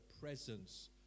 presence